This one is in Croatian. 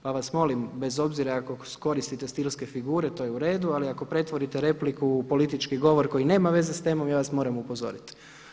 Pa vas molim bez obzira ako koristite stilske figure to je uredu, ali ako pretvorite repliku u politički govor koji nema veze s temom ja vas moram upozoriti.